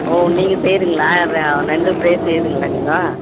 ஓ நீங்கள் செய்கிறிங்களா ரே நண்டு ஃப்ரை செய்கிறிங்களா நீங்கள்